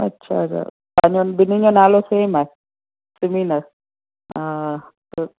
अच्छा त पंहिंजो ॿिन्हीनि जो नालो सेम आहे ॿिन्ही जो हा त